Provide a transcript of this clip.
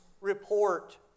report